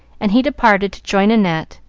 and he departed to join annette.